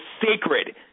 sacred